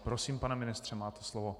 Prosím, pane ministře, máte slovo.